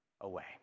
away